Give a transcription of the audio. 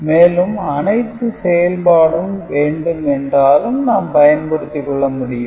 மேலும் அனைத்து செயல்பாடும் வேண்டும் என்றாலும் நாம் பயன்படுத்திக் கொள்ள முடியும்